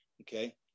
okay